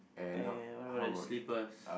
and what about the slippers